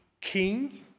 king